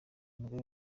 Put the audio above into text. mugabe